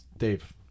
Dave